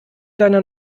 deiner